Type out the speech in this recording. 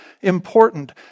important